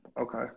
Okay